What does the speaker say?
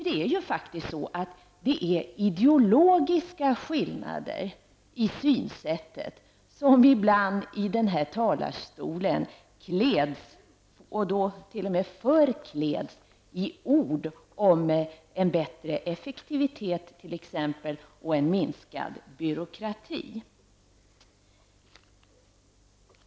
Det är faktiskt ideologiska skillnader i synsättet som ibland från kammarens talarstol kläds -- stundom t.o.m. förkläds -- i ord, t.ex. om en bättre effektivitet och en minskad byråkrati.